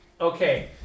okay